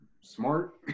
smart